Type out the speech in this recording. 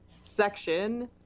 section